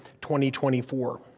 2024